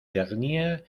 dernière